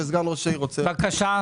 סגן ראש העיר רוצה לדבר.